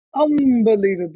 unbelievably